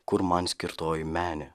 kur man skirtoji menė